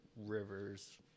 rivers